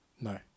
No